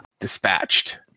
dispatched